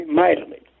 mightily